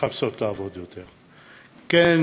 מחפשות לעבוד יותר, כן,